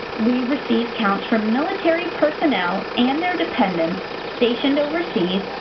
we receive counts from military personnel and their dependents stationed overseas,